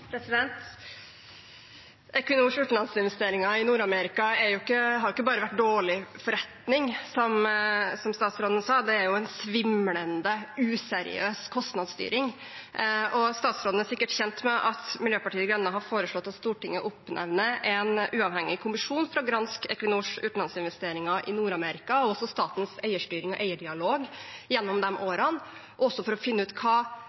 utenlandsinvesteringer i Nord-Amerika har ikke bare vært dårlig forretning, som statsråden sa, det har vært en svimlende, useriøs kostnadsstyring. Statsråden er sikkert kjent med at Miljøpartiet De Grønne har foreslått at Stortinget oppnevner en uavhengig kommisjon for å granske Equinors utenlandsinvesteringer i Nord-Amerika og også statens eierstyring og eierdialog gjennom de årene, også for å finne ut hva